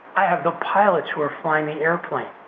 i have the pilots who are flying the airplane.